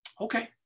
Okay